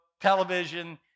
television